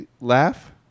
Laugh